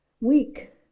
weak